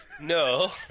No